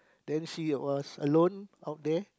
then she was alone out there